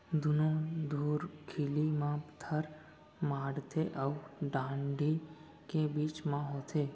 दुनो धुरखिली म थर माड़थे अउ डांड़ी के बीच म होथे